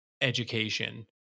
education